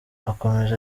akomeje